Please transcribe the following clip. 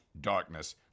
darkness